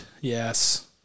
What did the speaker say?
yes